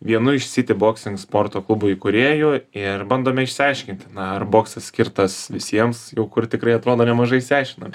vienu iš aity boksing sporto klubo įkūrėju ir bandome išsiaiškinti na ar boksas skirtas visiems jau kur tikrai atrodo nemažai išsiaiškinom